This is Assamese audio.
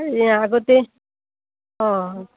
আগতে অঁ